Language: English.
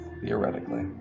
Theoretically